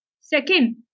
Second